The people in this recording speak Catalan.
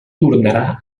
tornarà